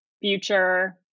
future